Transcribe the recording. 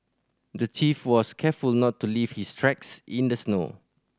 the thief was careful not to leave his tracks in the snow